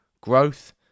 growth